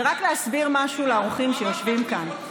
ורק להסביר משהו לאורחים שיושבים כאן.